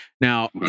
Now